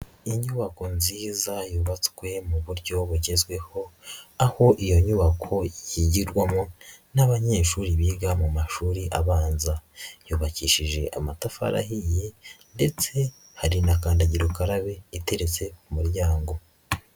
Inyubako nziza yubatswe mu buryo bugezweho, aho iyo nyubako yigirwamo n'abanyeshuri biga mu mashuri abanza yubakishije amatafari ahiye ndetse hari na kandagira ukararabe iteretse mu muryango.